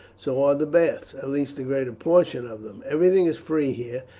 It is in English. so are the baths, at least the greater portion of them everything is free here.